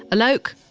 alok,